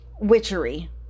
witchery